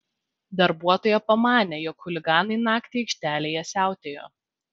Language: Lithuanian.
darbuotoja pamanė jog chuliganai naktį aikštelėje siautėjo